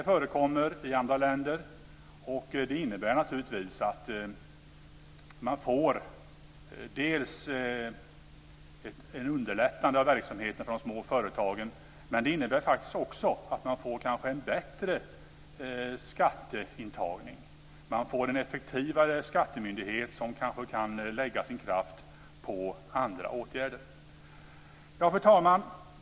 Det här förekommer i andra länder, och det innebär naturligtvis att verksamheten underlättas för de små företagen. Men det innebär faktiskt också att man kanske får ett bättre skatteuttag. Man får en effektivare skattemyndighet som kanske kan lägga sin kraft på andra åtgärder. Fru talman!